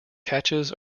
catches